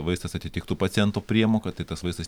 vaistas atitiktų pacientų priemoką tai tas vaistas